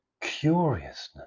curiousness